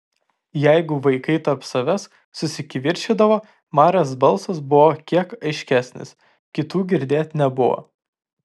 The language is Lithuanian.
jeigu vaikai tarp savęs susikivirčydavo marės balsas buvo kiek aiškesnis kitų girdėt nebuvo